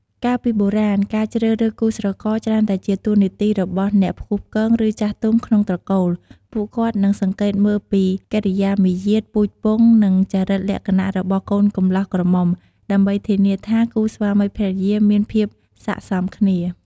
កាលពីបុរាណ ការជ្រើសរើសគូស្រករច្រើនតែជាតួនាទីរបស់ អ្នកផ្គូផ្គង ឬ ចាស់ទុំក្នុងត្រកូល ពួកគាត់នឹងសង្កេតមើលពី កិរិយាមារយាទ ពូជពង្ស និង ចរិតលក្ខណៈ របស់កូនកម្លោះក្រមុំ ដើម្បីធានាថាគូស្វាមីភរិយាមានភាពស័ក្តិសមគ្នា។